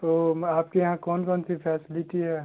तो म आपके यहाँ कौन कौन सी फैसलिटी है